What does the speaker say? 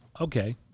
Okay